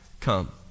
come